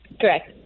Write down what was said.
correct